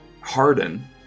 Harden